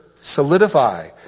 solidify